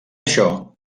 això